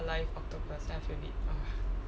alive octopus then I feel a bit uh